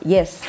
Yes